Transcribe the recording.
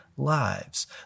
lives